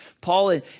Paul